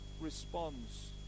responds